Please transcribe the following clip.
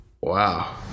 Wow